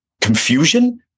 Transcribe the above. confusion